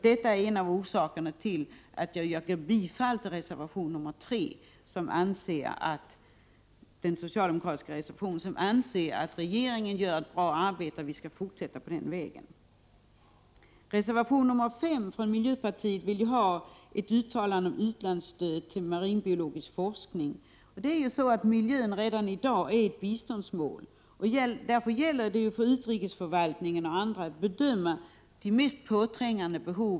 Detta är en av orsakerna till att jag yrkar bifall till den socialdemokratiska reservationen nr 3, där det uttalas att regeringen gör ett bra arbete och att vi skall fortsätta på den vägen. I reservation nr 5 av miljöpartiet begärs ett uttalande om u-landsstöd till marinbiologisk forskning. Miljön är ju redan i dag ett biståndsmål, och det gäller för utrikesförvaltningen att bedöma vilka behov som är mest trängande.